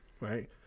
right